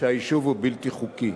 שהיישוב הוא בלתי חוקי.